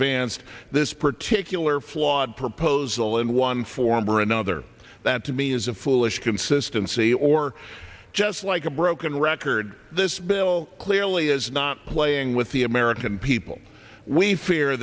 vanced this particular flawed proposal in one form or another that to me is a foolish consistency or just like a broken record this bill clearly is not playing with the american people we fear